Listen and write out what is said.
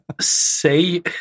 Say